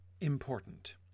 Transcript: important